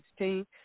2016